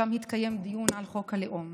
שם התקיים דיון על חוק הלאום,